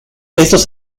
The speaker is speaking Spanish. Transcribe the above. estos